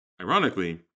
Ironically